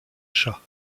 chat